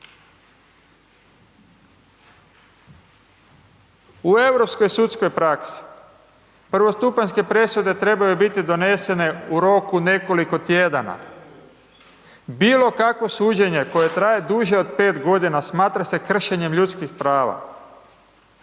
U europskoj sudskoj praksi, prvostupanjske odluke trebaju biti donesene u roku nekoliko tjedana, bilo kakvo suđenje koje traje duže od 5 g. smatra se kršenjem ljudskih prava.